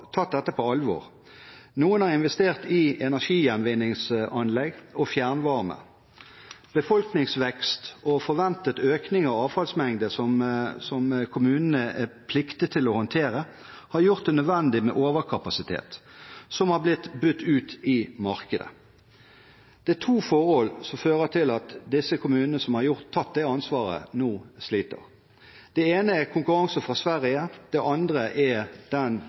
tatt dette på alvor. Noen har investert i energigjenvinningsanlegg og fjernvarme. Befolkningsvekst og forventet økning av avfallsmengde som kommunene er pliktige til å håndtere, har gjort det nødvendig med overkapasitet, som har blitt budt ut i markedet. Det er to forhold som fører til at disse kommunene som har tatt det ansvaret, nå sliter. Det ene er konkurranse fra Sverige, det andre er den